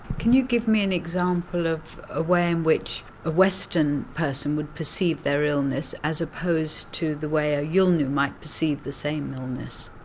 can you give me an example of a way in which a western person would perceive their illness as opposed to the way a yolngu might perceive the same illness?